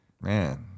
man